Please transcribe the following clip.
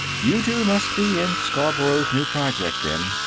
you two must be in scarborough's new project, then.